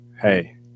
hey